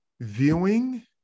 Viewing